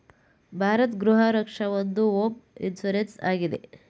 ಭಾರತ್ ಗೃಹ ರಕ್ಷ ಒಂದು home insurance ಆಗಿದೆ